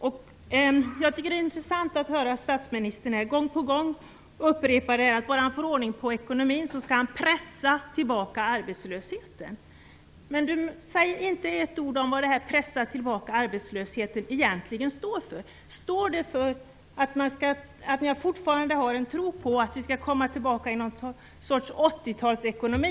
Jag tycker att det är intressant att höra statsministern gång på gång upprepa att bara han får ordning på ekonomin så skall han pressa tillbaka arbetslösheten. Men han säger inte ett ord om vad detta att pressa tillbaka arbetslösheten egentligen står för. Står det för att ni fortfarande har en tro på att vi skall komma tillbaka i någon sorts 80-talsekonomi?